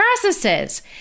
processes